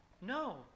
No